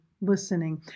listening